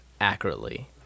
accurately